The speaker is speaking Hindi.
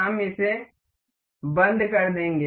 हम इसे बंद कर देंगे